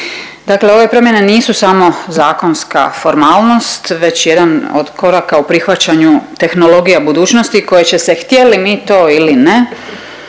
Dakle ove promjene nisu samo zakonska formalnost već jedan od koraka u prihvaćanju tehnologija budućnosti koje će se htjeli mi to ili ne